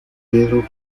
pedro